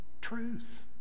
truth